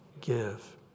Give